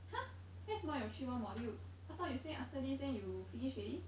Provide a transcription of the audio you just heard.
!huh! 为什么有 three more modules I thought you said after this then you finish already